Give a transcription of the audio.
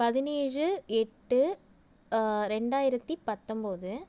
பதினேழு எட்டு ரெண்டாயிரத்தி பத்தொம்பது